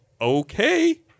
okay